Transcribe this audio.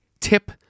Tip